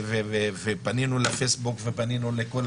פנינו לפייסבוק ופנינו לכל